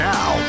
Now